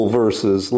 verses